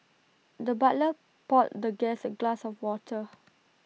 the butler poured the guest A glass of water